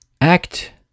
Act